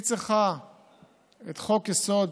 היא צריכה את חוק-יסוד: